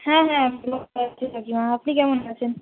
হ্যাঁ হ্যাঁ কাকিমা আপনি কেমন আছেন